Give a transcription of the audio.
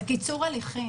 זה קיצור הליכים.